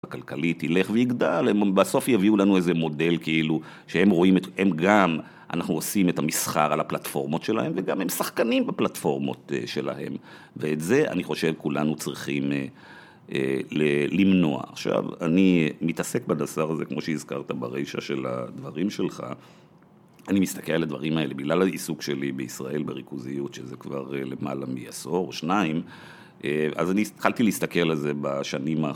הכלכלית ילך ויגדל, בסוף יביאו לנו איזה מודל כאילו, שהם רואים את, הם גם אנחנו עושים את המסחר על הפלטפורמות שלהם וגם הם שחקנים בפלטפורמות שלהם ואת זה אני חושב כולנו צריכים למנוע. עכשיו, אני מתעסק בדסר הזה, כמו שהזכרת בראש של הדברים שלך, אני מסתכל על הדברים האלה, בגלל העיסוק שלי בישראל בריכוזיות, שזה כבר למעלה מעשור או שניים, אז אני התחלתי להסתכל על זה בשנים ה...